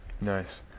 Nice